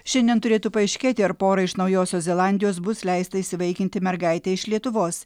šiandien turėtų paaiškėti ar porai iš naujosios zelandijos bus leista įsivaikinti mergaitę iš lietuvos